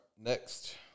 next